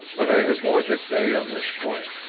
but i have more to say on this point.